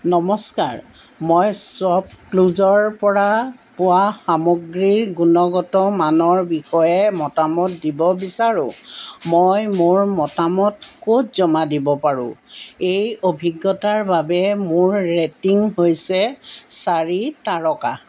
নমস্কাৰ মই শ্বপক্লুজৰ পৰা পোৱা সামগ্ৰীৰ গুণগত মানৰ বিষয়ে মতামত দিব বিচাৰোঁ মই মোৰ মতামত ক'ত জমা দিব পাৰোঁ এই অভিজ্ঞতাৰ বাবে মোৰ ৰেটিং হৈছে চাৰি তাৰকা